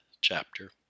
chapter